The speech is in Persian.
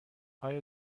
آیا